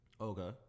Okay